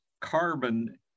carbon